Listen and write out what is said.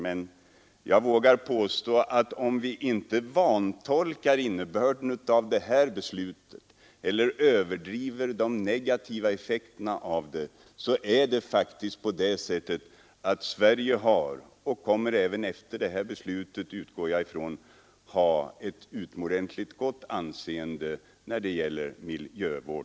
Men jag vågar påstå att om vi inte vantolkar innebörden av det här beslutet eller överdriver de negativa effekterna av det, så kommer Sverige även efter detta beslut att ha ett utomordentligt gott internationellt anseende när det gäller miljövård.